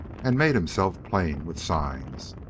and made himself plain with signs.